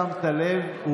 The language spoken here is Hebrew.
אני